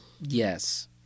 Yes